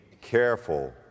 careful